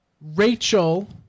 Rachel